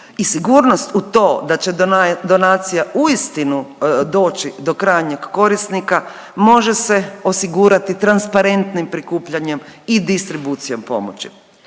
i sigurnost u to da će donacija uistinu doći do krajnjeg korisnika može se osigurati transparentnim prikupljanjem i distribucijom pomoći.